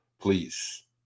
please